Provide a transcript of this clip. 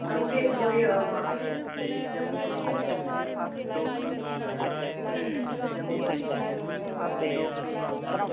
हां मी डेंगू होई गेदा हा